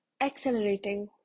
accelerating